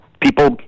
People